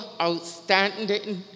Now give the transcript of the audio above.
outstanding